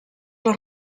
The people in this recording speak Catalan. les